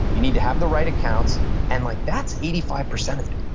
you need to have the right accounts and like that's eighty five percent of it.